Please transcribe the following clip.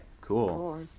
cool